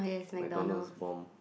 McDonald's bomb